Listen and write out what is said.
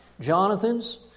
Jonathans